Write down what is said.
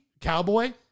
Cowboy